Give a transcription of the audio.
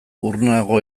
urrunago